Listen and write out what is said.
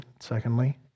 secondly